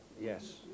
Yes